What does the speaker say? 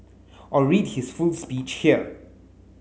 or read his full speech here